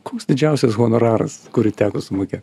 koks didžiausias honoraras kurį teko sumokėt